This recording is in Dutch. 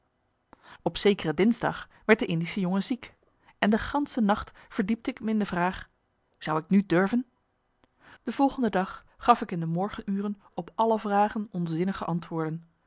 op zekere dinsdag werd de indische jongen ziek en de gansche nacht verdiepte ik me in de vraag zou ik nu durven de volgende dag gaf ik in de morgen uren op alle vragen onzinnige antwoorden